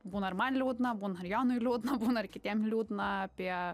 būna ir man liūdna būna ir jonui liūdna būna ir kitiem liūdna apie